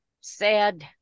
sad